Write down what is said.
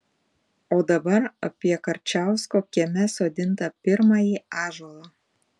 o dabar apie karčiausko kieme sodintą pirmąjį ąžuolą